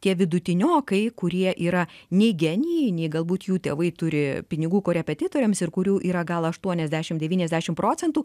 tie vidutiniokai kurie yra nei genijai nei galbūt jų tėvai turi pinigų korepetitoriams ir kurių yra gal aštuoniasdešimt devyniasdešimt procentų